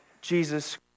Jesus